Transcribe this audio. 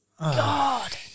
god